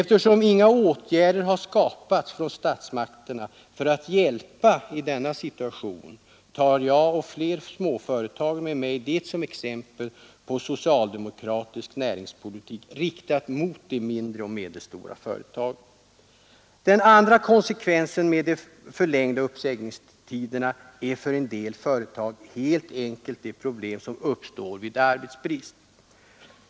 Eftersom inga åtgärder har skapats från statsmakterna för att hjälpa i denna situation, tar jag och fler småföretagare med mig det som exempel på socialdemokratisk näringspolitik riktad mot de mindre och medelstora företagen. Den andra konsekvensen med de förlängda uppsägningstiderna är för en del företag helt enkelt de problem som uppstår vid arbetsbrist.